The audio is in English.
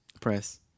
press